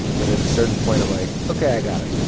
but at a certain point, i'm like, ok. i got it.